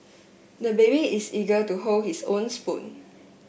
the baby is eager to hold his own spoon